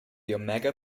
omega